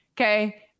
okay